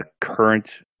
current